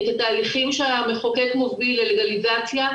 את התהליכים שהמחוקק מוביל ללגליזציה,